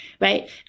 right